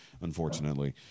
unfortunately